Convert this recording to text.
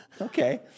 okay